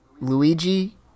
Luigi